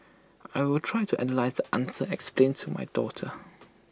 I will try to analyse the answers explain to my daughter